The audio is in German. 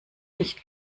nicht